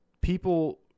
people